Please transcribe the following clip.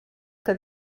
que